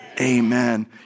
Amen